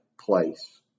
place